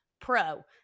pro